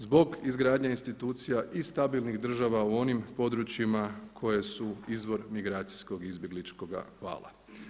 Zbog izgradnje institucija i stabilnih država u onim područjima koje su izvor migracijskog izbjegličkoga vala.